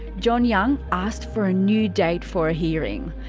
john young asked for a new date for a hearing.